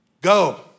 go